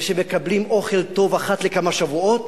ושמקבלים אוכל טוב אחת לכמה שבועות,